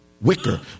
wicker